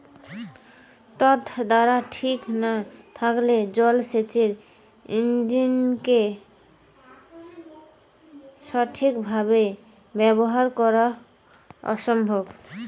তড়িৎদ্বার ঠিক না থাকলে জল সেচের ইণ্জিনকে সঠিক ভাবে ব্যবহার করা অসম্ভব